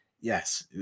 yes